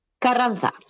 Carranza